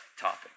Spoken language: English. topic